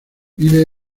vive